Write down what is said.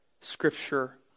Scripture